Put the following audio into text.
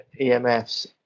emfs